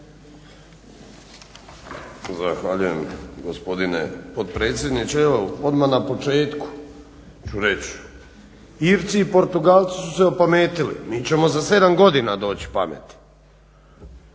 Zahvaljujem gospodine potpredsjedniče. Evo odmah na početku ću reć, Irci i Portugalci su se opametili. Mi ćemo za sedam godina doći do pameti.